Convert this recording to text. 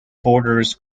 borders